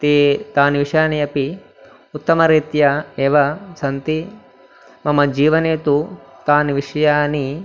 ते ते विषयाः अपि उत्तमरीत्या एव सन्ति मम जीवने तु ते विषयाः